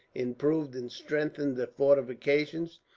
improved and strengthened the fortifications,